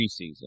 preseason